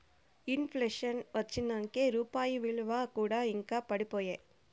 in ప్లేషన్ వచ్చినంకే రూపాయి ఇలువ కూడా ఇంకా పడిపాయే